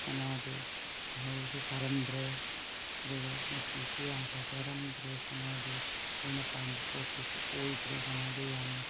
ꯁꯅꯥꯗꯨ ꯃꯣꯍꯣꯔꯁꯨ ꯐꯥꯔꯝꯗ꯭ꯔꯦ ꯑꯗꯨꯒ ꯃꯆꯨꯁꯨ ꯌꯥꯝ ꯐꯖꯔꯝꯗ꯭ꯔꯦ ꯁꯅꯥꯗꯨ ꯑꯩꯅ ꯄꯥꯝꯕ ꯄꯣꯠꯇꯨꯁꯨ ꯑꯣꯏꯗ꯭ꯔꯦ ꯁꯅꯥꯗꯨ ꯌꯥꯝꯅ